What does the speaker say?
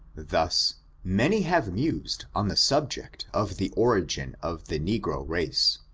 thus many have mused on the subject of the origin of the negro race.